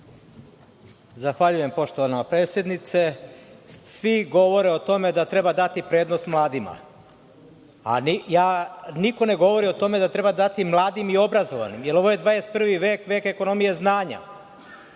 Zahvaljujem, poštovana predsednice. Svi govore o tome da treba dati prednost mladima, a niko ne govori o tome da treba dati mladim i obrazovanim, jer ovo je 21. vek, vek ekonomije i znanja.